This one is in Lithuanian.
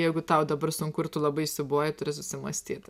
jeigu tau dabar sunku ir tu labai siūbuoji turi susimąstyti